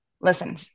Listen